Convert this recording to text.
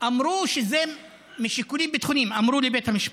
אמרו שזה משיקולים ביטחוניים, אמרו לבית המשפט,